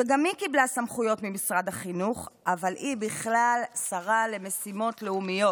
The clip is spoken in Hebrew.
שגם היא קיבלה סמכויות ממשרד החינוך אבל היא בכלל שרה למשימות לאומיות.